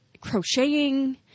crocheting